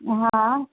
हा